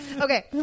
Okay